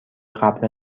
قبلا